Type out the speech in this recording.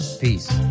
peace